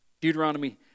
Deuteronomy